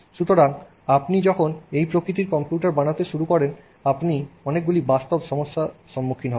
সুতরাং আপনি যখন এই প্রকৃতির কম্পিউটার বানাতে শুরু করেন আপনার অনেকগুলি বাস্তব সমস্যা থাকবে